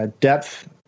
depth